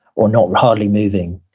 or not, hardly moving,